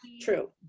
true